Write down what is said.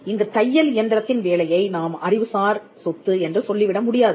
இங்கு தையல் இயந்திரத்தின் வேலையை நாம் அறிவுசார் சொத்து என்று சொல்லிவிட முடியாது